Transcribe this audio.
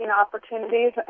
opportunities